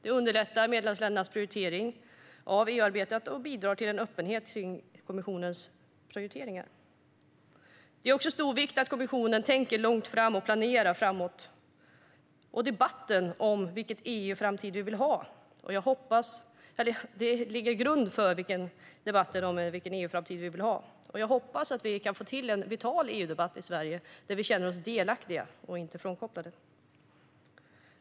Det underlättar medlemsländernas prioritering av EU-arbetet och bidrar till en öppenhet kring kommissionens prioriteringar. Det är också av stor vikt att kommissionen tänker och planerar framåt. Det lägger grund för debatten om vilken EU-framtid vi vill ha. Jag hoppas att vi kan få till en vital EU-debatt i Sverige, där vi känner oss delaktiga och inte frånkopplade.